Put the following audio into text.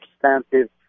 substantive